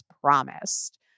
promised